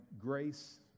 grace